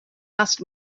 asked